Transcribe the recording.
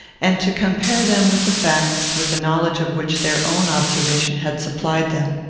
and to compare them with the facts with a knowledge of which their own observation had supplied them.